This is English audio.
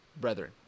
brethren